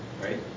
Right